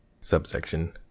Subsection